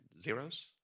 zeros